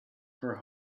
for